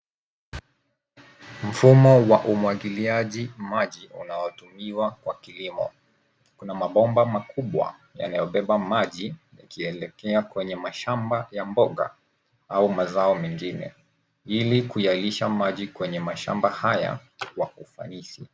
Mfumo wa umwagiliaji maji unaotumiwa kwa kilimo. Kuna mabomba makubwa yanayobeba maji ikielekea kwenye mashamba ya mboga au mazao mengine ili kuyalisha maji kwenye mashamba haya kwa ufanisi.